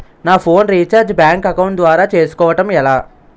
నా phone recharge bank account ద్వారా చేసుకోవటం ఎలా?